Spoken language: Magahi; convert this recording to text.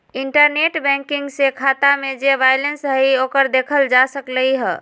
इंटरनेट बैंकिंग से खाता में जे बैलेंस हई ओकरा देखल जा सकलई ह